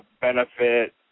benefit